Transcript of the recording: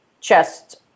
chest